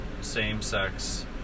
same-sex